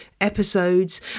episodes